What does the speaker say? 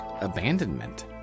abandonment